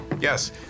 Yes